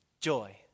Joy